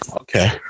Okay